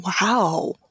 Wow